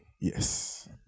Yes